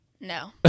no